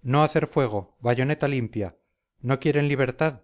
no hacer fuego bayoneta limpia no quieren libertad